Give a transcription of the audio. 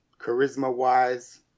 charisma-wise